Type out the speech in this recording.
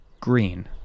green